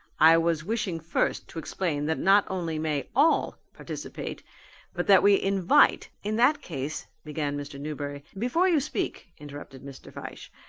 i was wishing first to explain that not only may all participate but that we invite in that case began mr. newberry. before you speak, interrupted mr. fyshe,